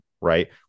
right